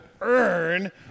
earn